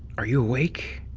are you awake?